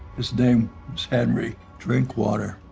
his name was henry drinkwater.